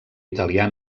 italià